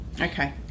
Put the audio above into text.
Okay